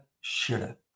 shoulda